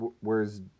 whereas